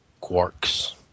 quarks